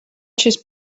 šis